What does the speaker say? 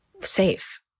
safe